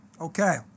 Okay